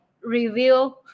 review